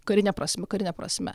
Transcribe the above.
karine prasme karine prasme